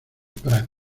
prat